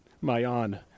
Mayan